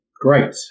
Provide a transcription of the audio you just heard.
Great